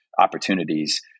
opportunities